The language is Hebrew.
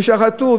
ושחטו,